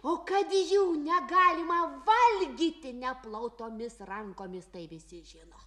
o kad jau negalima valgyti neplautomis rankomis tai visi žino